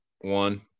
One